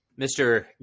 Mr